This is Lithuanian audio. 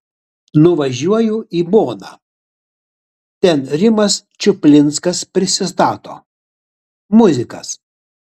nuvažiuoju į boną ten rimas čuplinskas prisistato muzikas